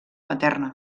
materna